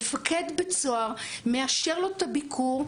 מפקד בית סוהר מאשר לו את הביקור,